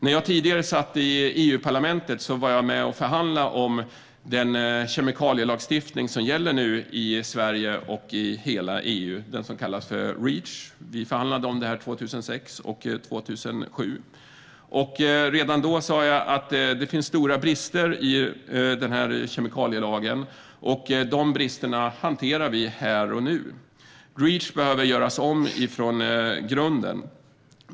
När jag tidigare satt i EU-parlamentet var jag med och förhandlade om den kemikalielagstiftning som nu gäller i Sverige och hela EU och som kallas Reach. Vi förhandlade om den 2006 och 2007. Redan då sa jag att det fanns stora brister i denna kemikalielag, och det är de bristerna vi hanterar här och nu. Reach behöver göras om från grunden.